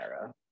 era